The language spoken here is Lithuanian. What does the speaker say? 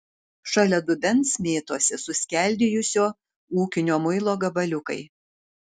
šalia dubens mėtosi suskeldėjusio ūkinio muilo gabaliukai